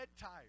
tired